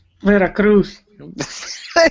Veracruz